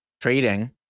trading